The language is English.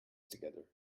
together